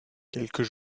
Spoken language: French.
quelques